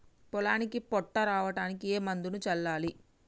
పొలానికి పొట్ట రావడానికి ఏ మందును చల్లాలి?